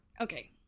okay